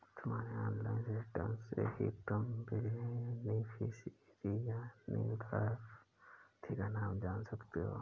तुम्हारे online system से ही तुम बेनिफिशियरी यानि लाभार्थी का नाम जान सकते हो